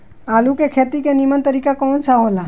आलू के खेती के नीमन तरीका कवन सा हो ला?